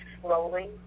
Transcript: slowly